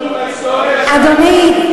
אדוני,